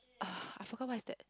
ugh I forgot what is that